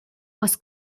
was